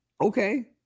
Okay